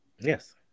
Yes